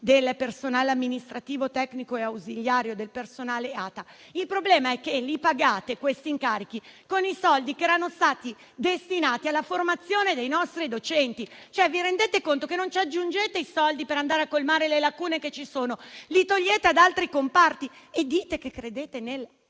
del personale amministrativo, tecnico e ausiliario (ATA). Il problema è che pagate questi incarichi con i soldi che erano stati destinati alla formazione dei nostri docenti. Vi rendete conto che non aggiungete i soldi per andare a colmare le lacune che ci sono, ma li togliete ad altri comparti? Onorevoli